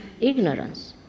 ignorance